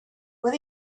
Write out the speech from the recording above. what